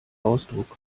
ausdruck